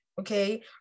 okay